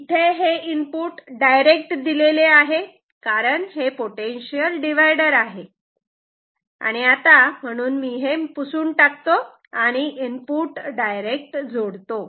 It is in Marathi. इथे हे इनपुट डायरेक्ट दिलेले आहे कारण हे पोटेन्शिअल डिव्हायडर आहे म्हणून हे मी पुसून टाकतो आणि इनपुट डायरेक्ट जोडतो